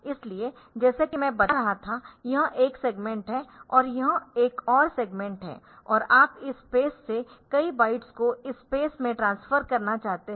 इसलिए जैसा कि मैं बता रहा था यह एक सेगमेंट है और यह एक और सेगमेंट है और आप इस स्पेस से कई बाइट्स को इस स्पेस में ट्रांसफर करना चाहते है